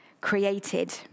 created